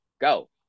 go